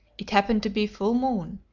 it happened to be full moon,